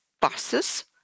buses